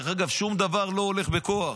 דרך אגב, שום דבר לא הולך בכוח.